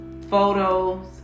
photos